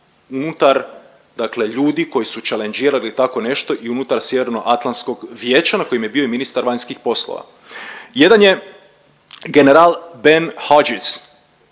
unutar dakle ljudi koji su „čelenđirali“ tako nešto i unutar Sjevernoatlantskog vijeća na kojem je bio i ministar vanjskih poslova. Jedan je general Ben Hodges